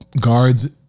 guards